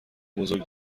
بزرگ